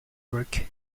work